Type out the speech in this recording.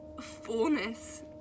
fullness